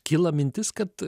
kyla mintis kad